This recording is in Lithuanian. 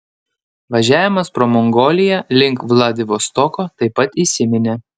važiavimas pro mongoliją link vladivostoko taip pat įsiminė